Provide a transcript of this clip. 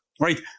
right